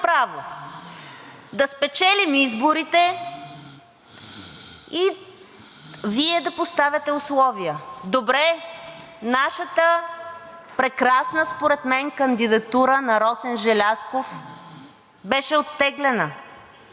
да спечелим изборите и Вие да поставяте условия. Добре, нашата прекрасна според мен кандидатура на Росен Желязков беше оттеглена,